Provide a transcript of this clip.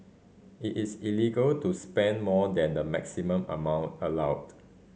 it is illegal to spend more than the maximum amount allowed